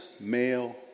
male